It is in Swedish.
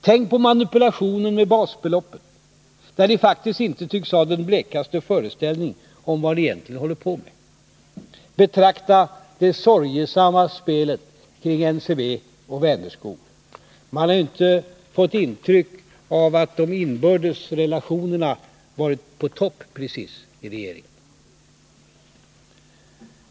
Tänk på manipulationen med basbeloppen, där ni faktiskt inte tycktes ha den blekaste föreställning om vad ni egentligen höll på med! Betrakta det sorgesamma spelet kring NCB och Vänerskog. Man har ju inte precis fått intryck av att de inbördes relationerna har varit i topp i regeringen.